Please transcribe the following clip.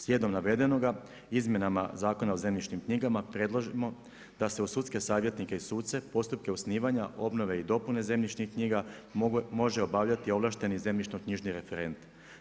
Slijedom navedenoga, izmjenama Zakona o zemljišnim knjigama predlažemo da se u sudske savjetnike i suce postupke osnivanja, obnove i dopune zemljišnih knjiga može obavljati ovlašteni zemljišno-knjižni referent.